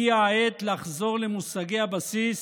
הגיעה העת לחזור למושגי הבסיס